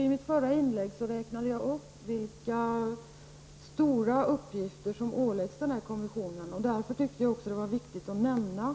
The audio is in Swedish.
I mitt förra inlägg räknade jag upp vilka stora uppgifter som åläggs kommissionen. Därför tyckte jag också att det var viktigt att nämna